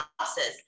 losses